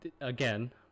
again